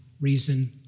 reason